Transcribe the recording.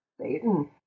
Satan